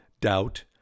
doubt